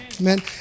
Amen